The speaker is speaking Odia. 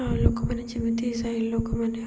ଆ ଲୋକମାନେ ଯେମିତି ସାହି ଲୋକମାନେ